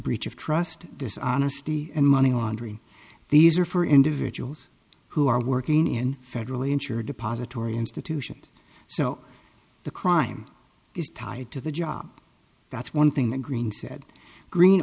breach of trust dishonesty and money laundering these are for individuals who are working in federally insured depository institutions so the crime is tied to the job that's one thing the green said green